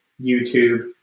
YouTube